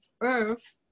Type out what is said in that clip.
Earth